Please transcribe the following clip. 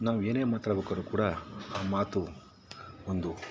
ನಾವು ಏನೇ ಮಾತಾಡಬೇಕಾದ್ರು ಕೂಡ ಆ ಮಾತು ಒಂದು